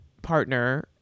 partner